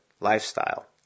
lifestyle